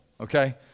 okay